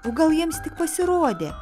o gal jiems tik pasirodė